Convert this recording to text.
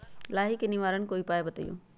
लाही के निवारक उपाय का होई?